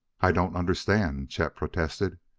i don't understand, chet protested.